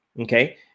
Okay